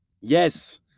Yes